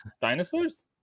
dinosaurs